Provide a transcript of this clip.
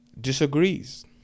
disagrees